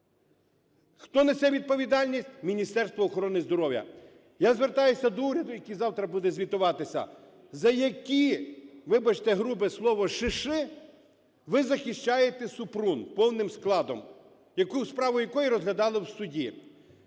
Хто несе відповідальність? Міністерство охорони здоров'я. Я звертаюся до уряду, який завтра буде звітуватися. За які, вибачте за грубе слово, "шиши", ви захищаєте Супрун, повним складом, справу якої розглядали в суді?